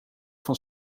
van